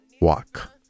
Walk